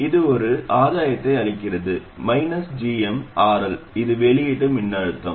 இது ஒரு ஆதாயத்தை அளிக்கிறது gmRL இது வெளியீட்டு மின்னழுத்தம்